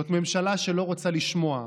זאת ממשלה שלא רוצה לשמוע,